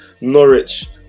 Norwich